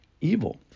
evil